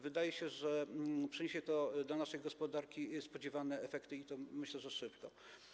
Wydaje się, że przyniesie to dla naszej gospodarki spodziewane efekty, i to, myślę, szybko.